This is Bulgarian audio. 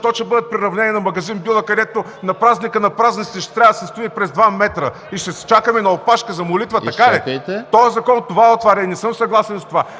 защото ще бъдат приравнени на магазин „Била“, където на празника на празниците ще трябва да се строим през два метра и ще чакаме на опашка за молитва, така ли?! Този закон това отваря и не съм съгласен с това.